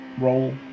roll